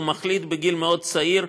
הוא מחליט בגיל מאוד צעיר,